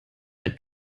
ein